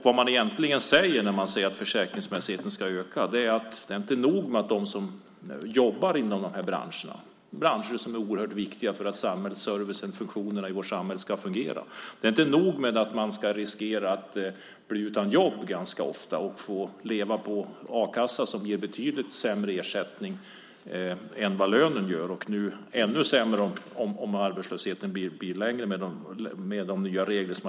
Vad man egentligen säger när man säger att försäkringsmässigheten ska öka är att det inte är nog med att de som jobbar inom de här branscherna - det är branscher som är oerhört viktiga för att samhällsservicen i vårt samhälle ska fungera - ganska ofta ska riskera att bli utan jobb och få leva på a-kassa som ger betydligt sämre ersättning än vad lönen gör, och den blir nu ännu sämre om arbetslösheten blir längre, med de nya reglerna.